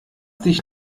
dich